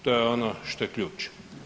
To je ono što je ključ.